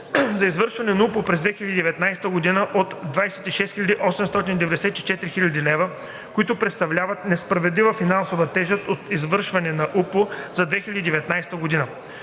от извършване на УПУ през 2019 г. от 26 894 хил. лв., които представляват несправедлива финансова тежест от извършване на УПУ за 2019 г.